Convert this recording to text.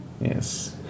Yes